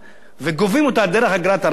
וגובים אותה דרך אגרת הרכב,